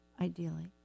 ideally